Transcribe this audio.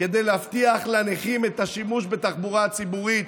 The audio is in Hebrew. כדי להבטיח לנכים את השימוש בתחבורה הציבורית.